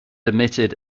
emitted